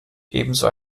ebenso